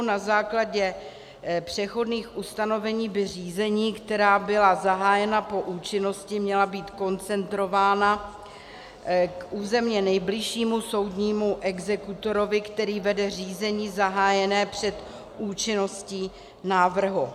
Na základě přechodných ustanovení by řízení, která byla zahájena po účinnosti, měla být koncentrována k územně nejbližšímu soudnímu exekutorovi, který vede řízení zahájené před účinností návrhu.